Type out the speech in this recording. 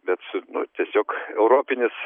bet tiesiog europinis